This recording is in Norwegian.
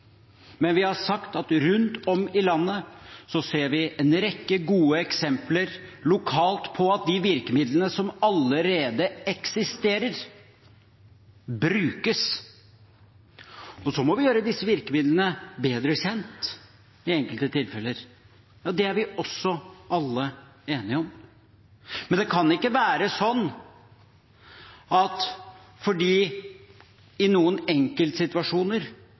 Men vi har sagt at rundt om i landet ser vi en rekke gode eksempler lokalt på at de virkemidlene som allerede eksisterer, brukes. Og så må vi gjøre disse virkemidlene bedre kjent i enkelte tilfeller. Det er vi også alle enige om. Men det kan ikke være sånn at fordi man i noen enkeltsituasjoner